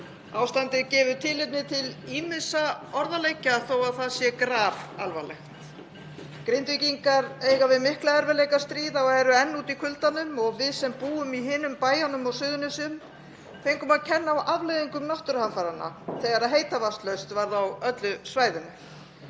Ástandið gefur tilefni til ýmissa orðaleikja þó að það sé grafalvarlegt. Grindvíkingar eiga við mikla erfiðleika að stríða og eru enn úti í kuldanum og við sem búum í hinum bæjunum á Suðurnesjum fengum að kenna á afleiðingum náttúruhamfaranna þegar heitavatnslaust varð á öllu svæðinu.